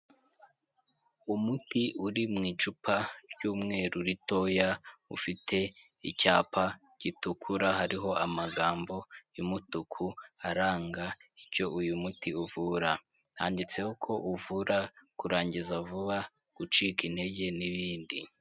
Umuti uri mu icupa ry'umweru ritoya, ufite icyapa gitukura hariho amagambo y'umutuku aranga icyo uyu muti uvura, handitseho ko uvura kurangiza, vuba gucika intege n'ibindi...